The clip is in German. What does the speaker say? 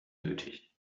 nötig